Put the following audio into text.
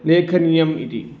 लेखनीयम् इति